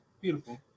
Beautiful